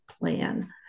plan